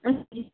ہاں جی